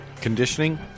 conditioning